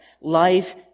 Life